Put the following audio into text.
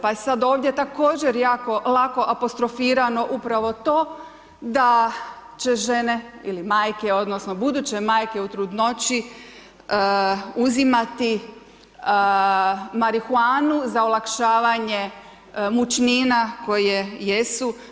Pa je sad ovdje također jako lako apostrofirano upravo to da će žene ili majke, odnosno buduće majke u trudnoći, uzimati marihuanu za olakšavanje mučnina koja jesu.